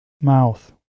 mouth